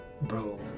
bro